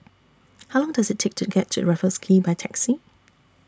How Long Does IT Take to get to Raffles Quay By Taxi